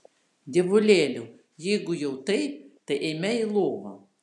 dievulėliau jeigu jau taip tai eime į lovą